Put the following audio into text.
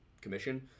commission